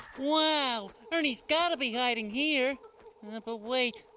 wow, ernie's gotta be hiding here! but wait,